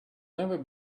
never